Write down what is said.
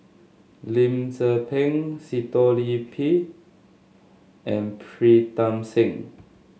Lim Tze Peng Sitoh Yih Pin and Pritam Singh